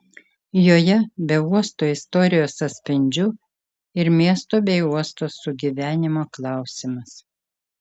joje be uosto istorijos atspindžių ir miesto bei uosto sugyvenimo klausimas